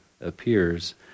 appears